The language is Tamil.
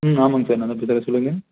ம் ஆமாம்ங்க சார் நான்தான் திவாகர் சொல்லுங்கள்